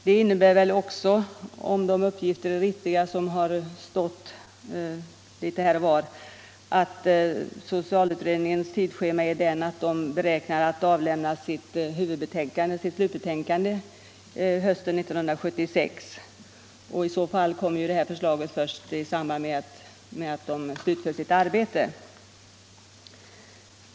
Det innebär väl också, om de uppgifter är riktiga som har stått litet här och var, att socialutredningens tidsschema är sådant att man beräknar avlämna sitt slutbetänkande hösten 1976. I så fall kommer ju det här förslaget först i samband med att utredningen slutfört sitt arbete.